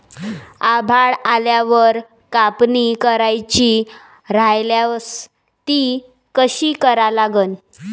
आभाळ आल्यावर कापनी करायची राह्यल्यास ती कशी करा लागन?